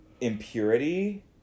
impurity